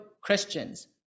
Christians